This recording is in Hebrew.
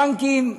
הבנקים,